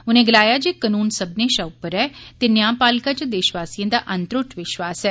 उनें गलाया जे कानून सब्बनें शा उप्पर ऐ ते न्यायपालिका च देशवासियें दा अनत्रट विश्वास ऐ